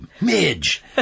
Midge